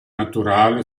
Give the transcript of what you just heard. naturale